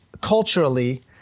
culturally